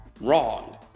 Wrong